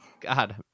God